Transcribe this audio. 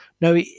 no